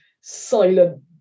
silent